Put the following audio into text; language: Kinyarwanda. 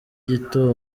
gito